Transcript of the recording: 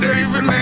David